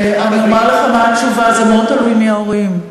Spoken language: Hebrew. אני אומר לך מה התשובה: זה מאוד תלוי מי ההורים,